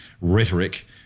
rhetoric